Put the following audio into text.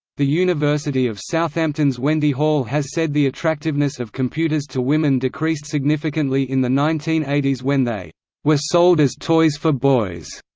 the university of southampton's wendy hall has said the attractiveness of computers to women decreased significantly in the nineteen eighty s when they were sold as toys for boys,